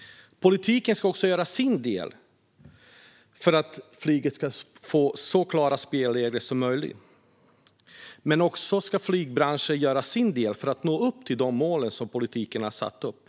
Politiken ska göra sin del för att flyget ska få så klara spelregler som möjligt, men flygbranschen ska också göra sin del för att nå de mål som politiken satt upp.